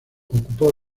ocupó